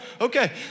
okay